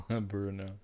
bruno